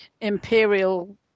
imperial